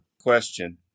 question